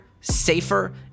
safer